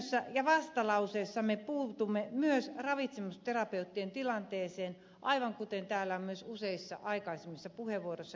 mietinnössä ja vastalauseessa me puutumme myös ravitsemusterapeuttien tilanteeseen aivan kuten täällä on useissa aikaisemmissa puheenvuoroissakin todettu